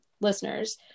listeners